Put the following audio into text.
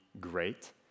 great